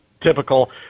typical